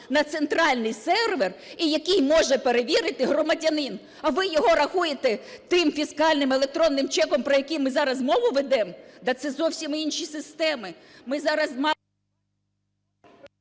на центральний сервер і який може перевірити громадянин. А ви його рахуєте тим фіскальним електронним чеком, про який ми зараз мову ведемо? Та це зовсім інші системи,